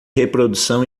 reprodução